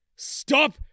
Stop